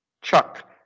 chuck